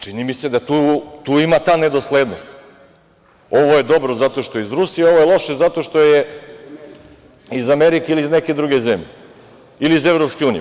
Čini mi se da tu ima ta nedoslednost - ovo je dobro zato što je iz Rusije, ovo je loše zato što je iz Amerike ili iz neke druge zemlje, ili iz Evropske unije.